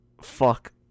Fuck